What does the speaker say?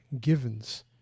givens